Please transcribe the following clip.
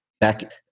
back